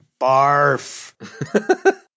barf